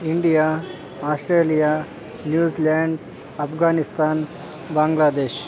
India Australia New Zealand Afghanistan Bangladesh